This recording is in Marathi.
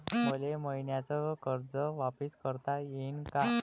मले मईन्याचं कर्ज वापिस करता येईन का?